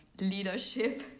leadership